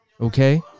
Okay